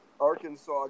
Arkansas